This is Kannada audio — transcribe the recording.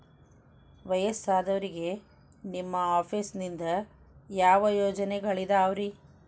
ವಯಸ್ಸಾದವರಿಗೆ ನಿಮ್ಮ ಆಫೇಸ್ ನಿಂದ ಯಾವ ಯೋಜನೆಗಳಿದಾವ್ರಿ?